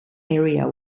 area